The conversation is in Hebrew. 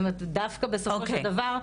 זאת אומרת דווקא בסופו של דבר,